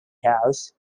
house